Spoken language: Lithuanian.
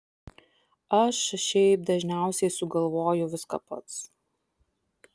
aš šiaip dažniausiai sugalvoju viską pats